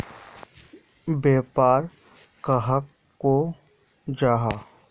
व्यापार कहाक को जाहा?